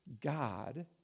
God